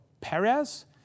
Perez